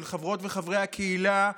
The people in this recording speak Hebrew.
של חברות וחברי הקהילה,